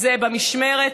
זה במשמרת